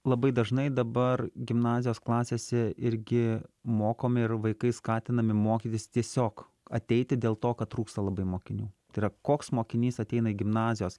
labai dažnai dabar gimnazijos klasėse irgi mokomi ir vaikai skatinami mokytis tiesiog ateiti dėl to kad trūksta labai mokinių tai yra koks mokinys ateina į gimnazijos